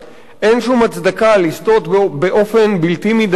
אין שום הצדקה לסטות באופן בלתי מידתי מן